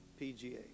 PGA